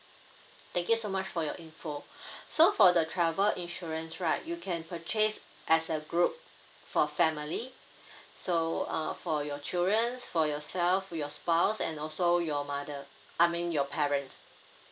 thank you so much for your info so for the travel insurance right you can purchase as a group for family so uh for your children for yourself your spouse and also your mother I mean your parent